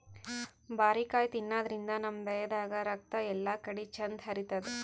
ಬಾರಿಕಾಯಿ ತಿನಾದ್ರಿನ್ದ ನಮ್ ದೇಹದಾಗ್ ರಕ್ತ ಎಲ್ಲಾಕಡಿ ಚಂದ್ ಹರಿತದ್